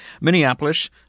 Minneapolis